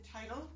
title